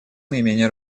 наименее